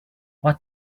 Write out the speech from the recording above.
what